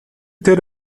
тэр